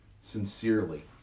sincerely